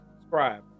subscribe